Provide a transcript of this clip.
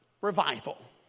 revival